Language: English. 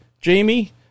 Jamie